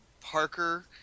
Parker